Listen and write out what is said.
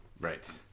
right